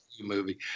movie